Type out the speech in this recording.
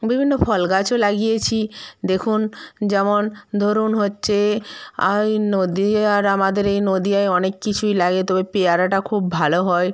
বিভিন্ন ফল গাছও লাগিয়েছি দেখুন যেমন ধরুন হচ্ছে আই নদীয়ার আমাদের এই নদীয়ায় অনেক কিছুই লাগে তবে পেয়ারাটা খুব ভালো হয়